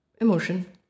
emotion